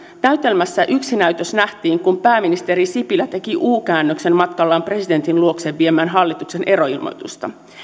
näytelmässä yksi näytös nähtiin kun pääministeri sipilä teki u käännöksen matkallaan presidentin luokse viemään hallituksen eroilmoitusta